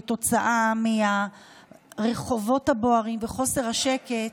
כתוצאה מהרחובות הבוערים וחוסר השקט,